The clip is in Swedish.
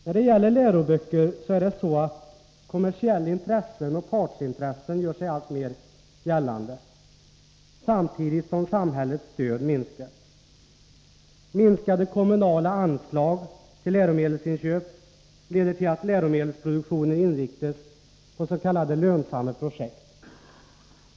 När det gäller läroböcker gör sig kommersiella intressen och partsintressen alltmer gällande samtidigt som samhällets stöd minskar. Minskade kommunala anslag till läromedelsinköp leder till att läromedelsproduktionen inriktas på s.k. lönsamma projekt.